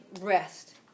rest